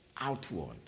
outward